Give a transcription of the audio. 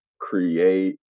create